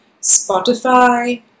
Spotify